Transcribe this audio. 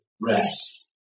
rest